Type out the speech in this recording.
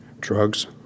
Drugs